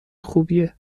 خوبیه